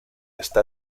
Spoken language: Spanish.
está